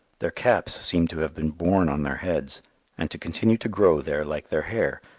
their caps seem to have been born on their heads and to continue to grow there like their hair,